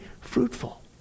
fruitful